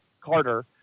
Carter